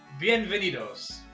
bienvenidos